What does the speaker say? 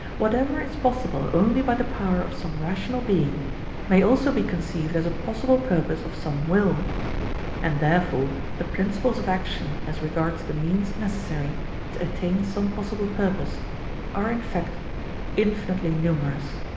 whatever is possible only by the power of some rational being may also be conceived as a possible purpose of some will and therefore the principles of action as regards the means necessary to attain some possible purpose are in fact infinitely numerous.